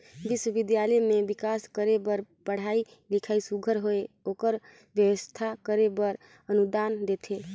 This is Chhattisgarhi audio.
बिस्वबिद्यालय में बिकास करे बर पढ़ई लिखई सुग्घर होए ओकर बेवस्था करे बर अनुदान देथे